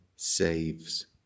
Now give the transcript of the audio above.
Saves